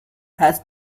has